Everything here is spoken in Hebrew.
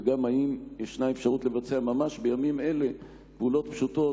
וגם אם יש אפשרות לבצע ממש בימים אלה פעולות פשוטות,